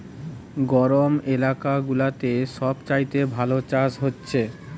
গরম এলাকা গুলাতে সব চাইতে ভালো চাষ হচ্ছে